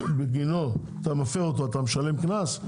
שבגינו אתה מפר אותו אתה משלם קנס,